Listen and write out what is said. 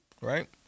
Right